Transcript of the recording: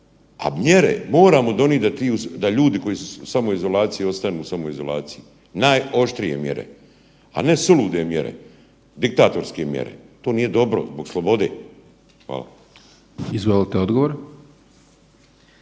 a mjere moramo donijet da ljudi koji su u samoizolaciji ostanu u samoizolaciji, najoštrije mjere, a ne sulude mjere, diktatorske mjere. To nije dobro zbog slobode. Hvala. **Hajdaš